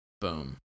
Boom